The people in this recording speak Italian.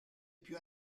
più